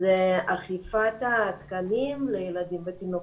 זה אכיפת התקנים לילדים ותינוקות.